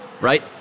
right